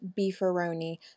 beefaroni